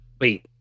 Wait